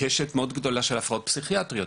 קשת מאוד גדולה של הפרעות פסיכיאטריות,